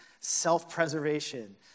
self-preservation